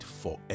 forever